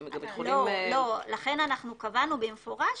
לכן קבענו במפורש